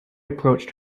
approached